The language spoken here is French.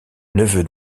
neveu